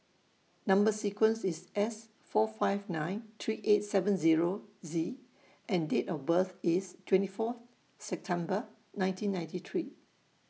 Number sequence IS S four five nine three eight seven Zero Z and Date of birth IS twenty four September nineteen ninety three